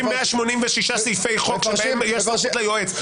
186 סעיפי חוק שבהם יש סמכות ליועץ.